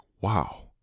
wow